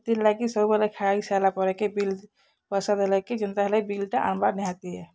ହେଥିର୍ ଲାଗି ସବୁବେଳେ ଖାଈସାଇଲା ପରେ କେ ବିଲ୍ ପଇସା ଦେଲେ କି ଯେନ୍ତାହେଲେ କି ବିଲ୍ଟା ଆନବା ନିହାତି